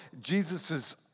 Jesus's